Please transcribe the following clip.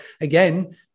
again